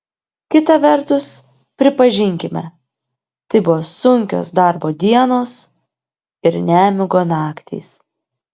kita vertus pripažinkime tai buvo sunkios darbo dienos ir nemigo naktys